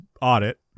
audit